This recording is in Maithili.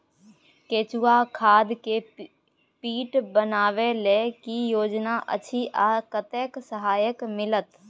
केचुआ खाद के पीट बनाबै लेल की योजना अछि आ कतेक सहायता मिलत?